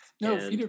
No